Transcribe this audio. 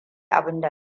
abinda